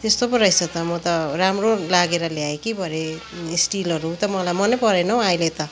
त्यस्तो पो रहेछ त म त राम्रो लागेर ल्याएँ कि भरै स्टिलहरू त मलाई मनै परेन हौ अहिले त